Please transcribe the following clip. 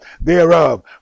thereof